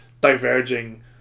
diverging